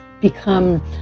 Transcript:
become